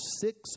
six